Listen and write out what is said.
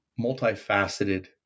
multifaceted